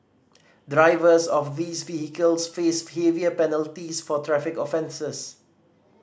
drivers of these vehicles face heavier penalties for traffic offences